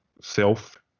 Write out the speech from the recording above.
self